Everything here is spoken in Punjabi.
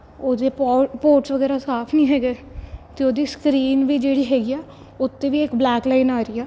ਉਹਦੇ ਪੋ ਪੋਰਟਸ ਵਗੈਰਾ ਸਾਫ਼ ਨਹੀਂ ਹੈਗੇ ਤਾਂ ਉਹਦੀ ਸਕਰੀਨ ਵੀ ਜਿਹੜੀ ਹੈਗੀ ਆ ਉਹ 'ਤੇ ਵੀ ਇੱਕ ਬਲੈਕ ਲਾਈਨ ਆ ਰਹੀ ਆ